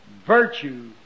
Virtue